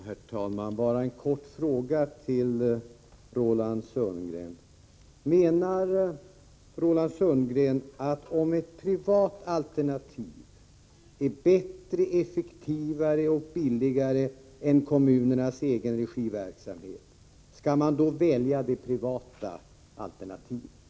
Herr talman! Bara en kort fråga till Roland Sundgren: Om ett privat alternativ är bättre, effektivare och billigare än kommunernas egenregiverksamhet, bör man då välja det privata alternativet?